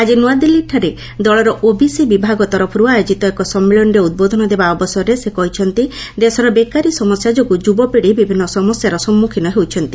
ଆଜି ନୂଆଦିଲ୍ଲୀଠାରେ ଦଳ ଓବିସି ବିଭାଗ ତରଫରୁ ଆୟୋଜିତ ଏକ ସମ୍ମିଳନୀରେ ଉଦ୍ବୋଧନ ଦେବା ଅବସରରେ ସେ କହିଛନ୍ତି' ଦେଶର ବେକାରୀ ସମସ୍ୟା ଯୋଗୁଁ ଯୁବପିତ୍ତି ବିଭିନ୍ନ ସମସ୍ୟାର ସମ୍ମୁଖୀନ ହେଉଛନ୍ତି